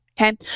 Okay